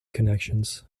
connections